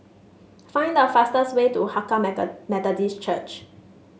find the fastest way to Hakka Methodist Church